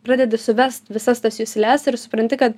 pradedi suvest visas tas jusles ir supranti kad